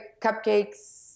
cupcakes